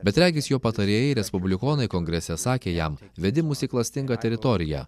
bet regis jo patarėjai respublikonai kongrese sakė jam vedi mus į klastingą teritoriją